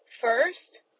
first